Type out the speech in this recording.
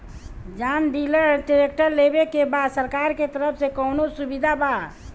John Deere tractor लेवे के बा सरकार के तरफ से कौनो सुविधा बा?